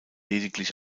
lediglich